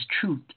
truth